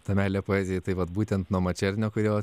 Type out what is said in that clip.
ta meilė poezijai tai vat būtent nuo mačernio kurio